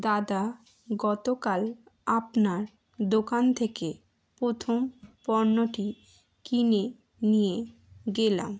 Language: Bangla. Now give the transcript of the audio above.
দাদা গতকাল আপনার দোকান থেকে প্রথম পণ্যটি কিনে নিয়ে গেলাম